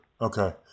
Okay